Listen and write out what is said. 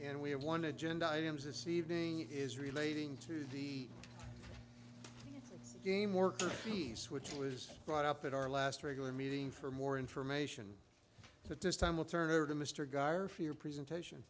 and we have one agenda items this evening is relating to the game worker bees which was brought up at our last regular meeting for more information to dissemble turn over to mr garner for your presentation